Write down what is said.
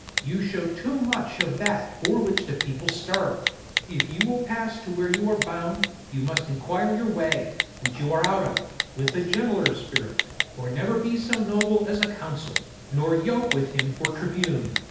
you show too much of that for which the people stir if you will pass to where you are bound, you must inquire your way, which you are out of, with a gentler spirit or never be so noble as a consul, nor yoke with him for tribune.